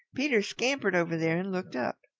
peter scampered over there and looked up.